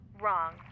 wrong